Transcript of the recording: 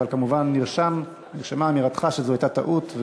אבל כמובן נרשם, נרשמה אמירתך שזו הייתה טעות,